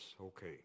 okay